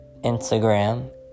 Instagram